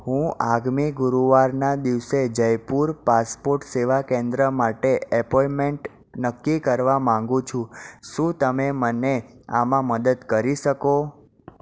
હું આગામી ગુરુવારના દિવસે જયપુર પાસપોર્ટ સેવા કેન્દ્ર માટે એપોઇન્ટમેન્ટ નક્કી કરવા માગુ છું શું તમે મને આમાં મદદ કરી શકો